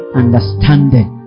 understanding